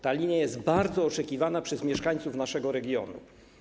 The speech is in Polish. Ta linia jest bardzo oczekiwana przez mieszkańców naszego regionu.